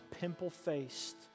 pimple-faced